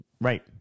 Right